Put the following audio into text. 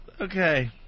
Okay